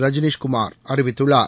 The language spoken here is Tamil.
ரஜினிஷ் குமார் அறிவித்குள்ளார்